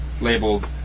labeled